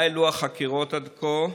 מה העלו החקירות עד כה,